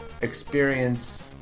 experience